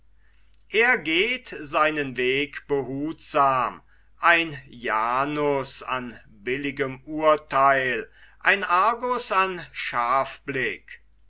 er geht seinen weg behutsam ein janus an billigem urtheil ein argus an